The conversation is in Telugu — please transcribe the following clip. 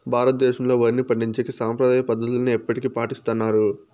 భారతదేశంలో, వరిని పండించేకి సాంప్రదాయ పద్ధతులనే ఇప్పటికీ పాటిస్తన్నారు